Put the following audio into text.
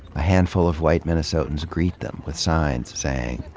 a handful of white minnesotans greet them with signs saying,